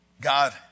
God